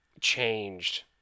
changed